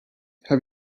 have